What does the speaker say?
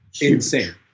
insane